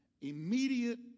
immediate